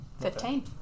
Fifteen